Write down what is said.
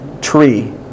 tree